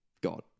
God